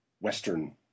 Western